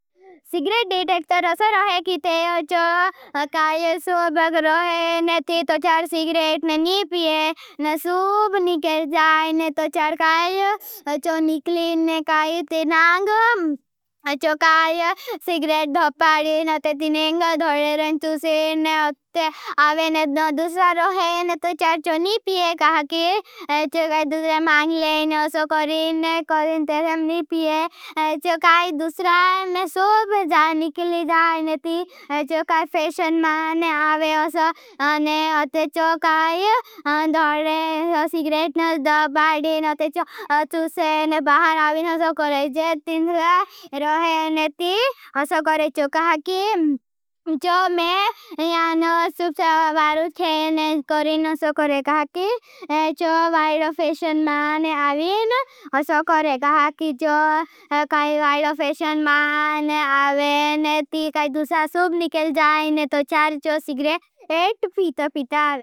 Cigarette detector असा रोहे कीते है।. चो काई स्वागत रोहे ने ती तो चार सिगरेट ने नी पिये न सूब निकेल जाई। ने तो चार काई चो निकलीन ने काई। ती नांगम चो काई सिगरेट धपाडी नो ते ती। नेंग धोलेरं चूसीन ने अत आवे ने दो दूसरा रोहे ने तो चार चो नी पिये कहा। की चो काई दूसरा मांग ले ने ओसो करें ने करें। ते से नी पिये चो काई दूसरा में सूब जाई निकली जाई। ने ती चो काई फेशन मांग ने आवे ओसो ने अत चो काई धोलेरं सिगरेट ने धपाडी ने ते। चो चूसीन ने बाहर आवे ने ओसो करें। जेतीन से रोहे ने ती ओसो करें। चो कहा की चो में याना सूब से वारु थे ने करें। ने ओसो करें कहा की चो वाईड़ो फेशन मांग ने आवे ने ओसो करें। कहा की चो काई वाईड़ो फेशन मांग ने आवे ने ती काई दूसरा सूब निकल जाई। ने तो चार चो सिगरेट एट पीत पीत आवे।